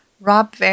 Rob